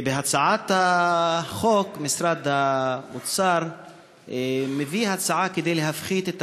ובהצעת החוק משרד האוצר מביא הצעה להפחית את